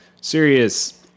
serious